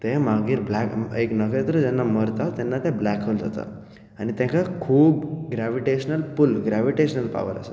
ते मागीर ब्लैक एक नखेत्र जेन्ना मरता तेन्ना ते ब्लेक होल जाता आनी तेका खूब ग्रैविटेशनल पूल ग्रैविटेशन पावर आसा